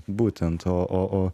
būtent o o o